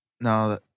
No